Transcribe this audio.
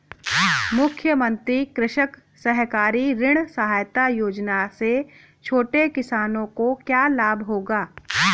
मुख्यमंत्री कृषक सहकारी ऋण सहायता योजना से छोटे किसानों को क्या लाभ होगा?